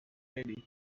lady